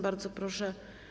Bardzo proszę.